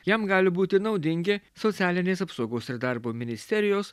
jam gali būti naudingi socialinės apsaugos ir darbo ministerijos